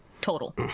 total